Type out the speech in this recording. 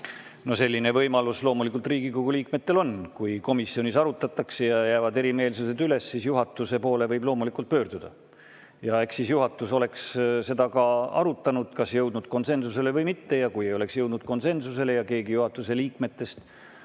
No selline võimalus loomulikult Riigikogu liikmetel on. Kui komisjonis arutatakse ja jäävad erimeelsused üles, siis juhatuse poole võib loomulikult pöörduda. Eks siis juhatus oleks seda ka arutanud, kas jõudnud konsensusele või mitte, ja kui ei oleks jõudnud konsensusele ja keegi juhatuse liikmetest oleks